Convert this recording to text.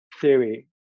theory